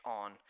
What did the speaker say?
on